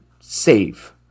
save